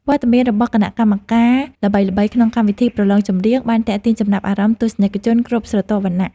វត្តមានរបស់គណៈកម្មការល្បីៗក្នុងកម្មវិធីប្រឡងចម្រៀងបានទាក់ទាញចំណាប់អារម្មណ៍ទស្សនិកជនគ្រប់ស្រទាប់វណ្ណៈ។